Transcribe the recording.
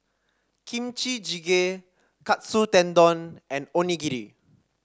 Kimchi Jjigae Katsu Tendon and Onigiri